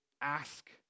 ask